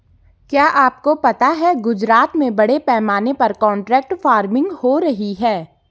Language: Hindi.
क्या आपको पता है गुजरात में बड़े पैमाने पर कॉन्ट्रैक्ट फार्मिंग हो रही है?